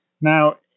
Now